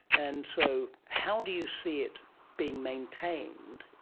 and so how do you see it being maintained?